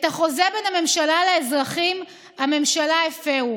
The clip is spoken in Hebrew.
את החוזה בין הממשלה לאזרחים הממשלה הפרה,